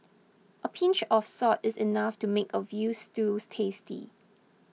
a pinch of salt is enough to make a Veal Stew tasty